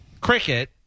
cricket